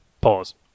Pause